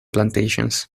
plantations